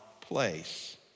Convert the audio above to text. place